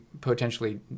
potentially